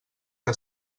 que